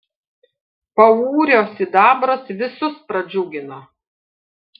paurio sidabras visus pradžiugino